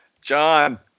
John